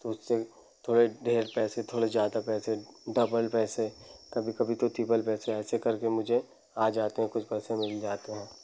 तो उससे थोड़े ढेर पैसे थोड़े ज़्यादा पैसे डबल पैसे कभी कभी तो तीपल पैसे ऐसे करके मुझे आ जाते हैं कुछ पैसे मिल जाते हैं